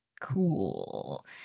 cool